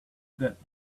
that